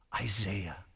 Isaiah